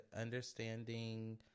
understanding